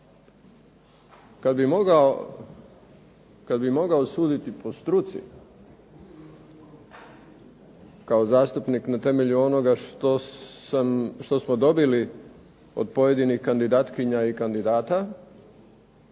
Kad bih mogao suditi po struci kao zastupnik na temelju onoga što smo dobili od pojedinih kandidatkinja i kandidata